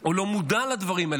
או לא מודע לדברים האלה.